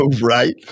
Right